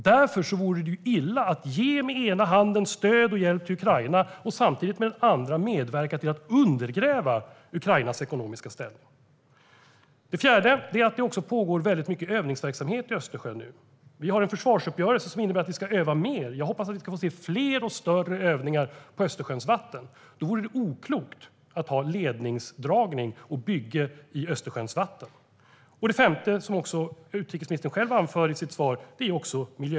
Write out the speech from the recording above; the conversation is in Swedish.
Därför vore det illa att ge stöd och hjälp till Ukraina med ena handen samtidigt som man med den andra handen medverkar till att undergräva Ukrainas ekonomiska ställning. För det fjärde pågår det nu mycket övningsverksamhet i Östersjön. Vi har en försvarsuppgörelse som innebär att man ska öva mer, och jag hoppas att vi ska få se fler och större övningar på Östersjön. Då vore det oklokt att ha en ledningsdragning och ett bygge i Östersjöns vatten. För det femte finns det också miljöskäl, som också miljöministern själv anför i sitt svar.